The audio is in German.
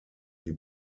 die